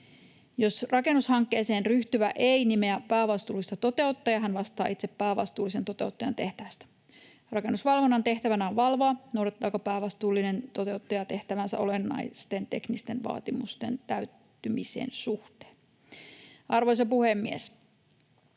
Jos rakennushankkeeseen ryhtyvä ei nimeä päävastuullista toteuttajaa, hän vastaa itse päävastuullisen toteuttajan tehtävästä. Rakennusvalvonnan tehtävänä on valvoa, noudattaako päävastuullinen toteuttaja tehtäväänsä olennaisten teknisten vaatimusten täyttymisen suhteen. Arvoisa puhemies!